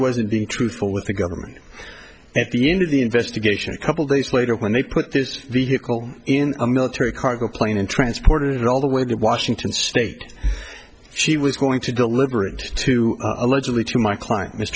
wasn't being truthful with the government at the end of the investigation a couple days later when they put this vehicle in a military cargo plane and transported it all the way to washington state she was going to deliberate to allegedly to my client